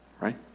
right